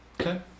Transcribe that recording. Okay